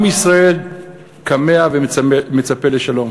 עם ישראל כמֵה ומצפה לשלום,